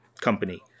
company